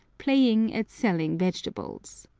playing at selling vegetables.